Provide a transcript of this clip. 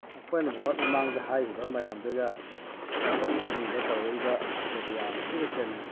ꯃꯈꯣꯏꯅ ꯕꯣꯠ ꯃꯃꯥꯡꯗ ꯍꯥꯏꯈꯤꯕ ꯃꯌꯥꯃꯗꯨꯒ ꯕꯣꯠ ꯃꯇꯨꯡꯗ ꯇꯧꯔꯛꯏꯕ ꯁꯤꯒꯗꯤ ꯌꯥꯝ ꯊꯤꯅ ꯈꯦꯠꯅꯩ